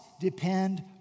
depend